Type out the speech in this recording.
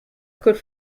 could